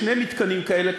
יש שני מתקנים כאלה,